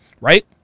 right